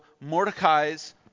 Mordecai's